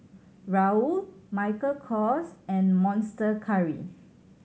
Raoul Michael Kors and Monster Curry